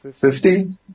Fifty